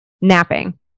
napping